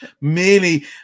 merely